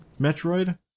Metroid